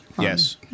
Yes